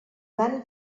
van